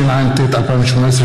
התשע"ט 2018,